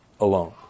alone